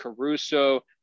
Caruso